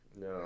no